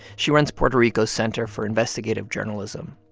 she runs puerto rico's center for investigative journalism.